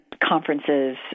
conferences